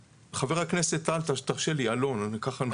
חבר הכנסת טל תרשה לי, אלון, ככה אנחנו רגילים.